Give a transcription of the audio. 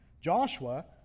Joshua